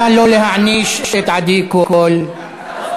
(תיקון,